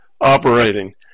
operating